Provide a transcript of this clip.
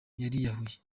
yariyahuye